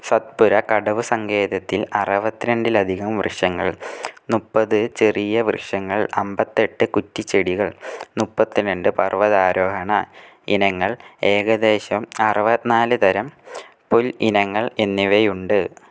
സത്പുര കടുവ സങ്കേതത്തിൽ അറുപത്തിരണ്ടിലധികം വൃക്ഷങ്ങൾ മുപ്പത് ചെറിയ വൃക്ഷങ്ങൾ അമ്പത്തെട്ട് കുറ്റിച്ചെടികൾ മുപ്പത്തിരണ്ട് പർവ്വതാരോഹണ ഇനങ്ങൾ ഏകദേശം അറുപത്തിനാല് തരം പുൽ ഇനങ്ങൾ എന്നിവയുണ്ട്